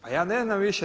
Pa ja ne znam više.